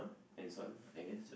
hands on I guess